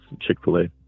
Chick-fil-A